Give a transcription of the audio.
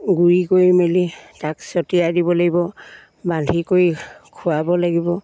গুড়ি কৰি মেলি তাক ছটিয়াই দিব লাগিব বান্ধি কৰি খোৱাব লাগিব